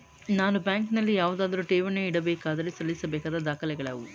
ನಾನು ಬ್ಯಾಂಕಿನಲ್ಲಿ ಯಾವುದಾದರು ಠೇವಣಿ ಇಡಬೇಕಾದರೆ ಸಲ್ಲಿಸಬೇಕಾದ ದಾಖಲೆಗಳಾವವು?